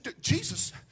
Jesus